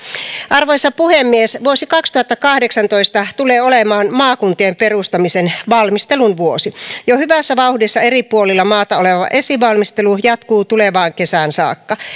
arvoisa puhemies vuosi kaksituhattakahdeksantoista tulee olemaan maakuntien perustamisen valmistelun vuosi jo hyvässä vauhdissa eri puolilla maata oleva esivalmistelu jatkuu tulevaan kesään saakka